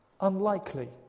Unlikely